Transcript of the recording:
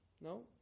No